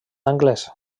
anglès